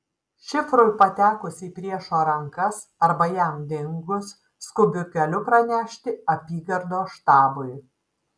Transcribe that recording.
šifrui patekus į priešo rankas arba jam dingus skubiu keliu pranešti apygardos štabui